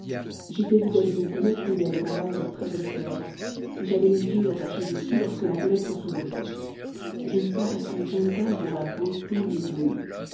j'étais visà-vis d'une fenêtre où il y avait un vase de très-belles fleurs et j'avais les yeux attachés dessus lorsque la fenêtre s'ouvrit je vis paraître une jeune dame dont la beauté m'éblouit